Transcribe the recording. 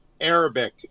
Arabic